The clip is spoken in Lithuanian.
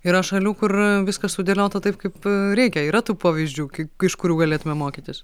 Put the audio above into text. yra šalių kur viskas sudėliota taip kaip reikia yra tų pavyzdžių kai iš kurių galėtume mokytis